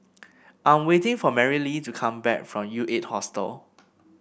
I'm waiting for Marylee to come back from U Eight Hostel